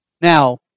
now